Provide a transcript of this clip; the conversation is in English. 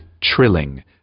trilling